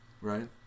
Right